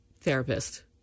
therapist